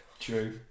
True